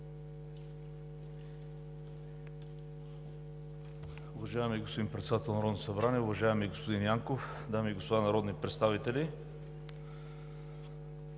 Уважаеми господин Председател на Народното събрание, уважаеми господин Янков, дами и господа народни представители!